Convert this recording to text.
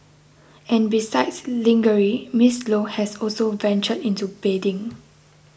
and besides lingerie Miss Low has also ventured into bedding